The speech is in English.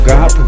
God